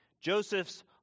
Joseph's